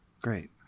Great